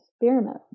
experiment